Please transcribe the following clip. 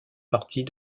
partie